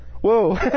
Whoa